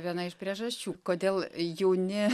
viena iš priežasčių kodėl jauni